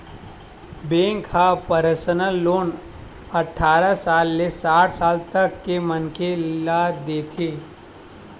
bank ह personal loan अठारह ले साठ साल तक के मनखे ल देथे